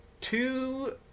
two